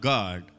God